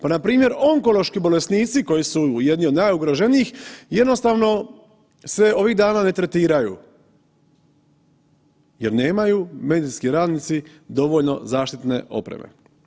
Pa npr. onkološki bolesnici koji su jedni od najugroženijih, jednostavno se ovih dana ne tretiraju jer nemaju medicinski radnici dovoljno zaštitne opreme.